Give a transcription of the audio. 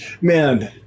man